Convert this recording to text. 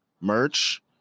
merch